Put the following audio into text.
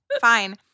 Fine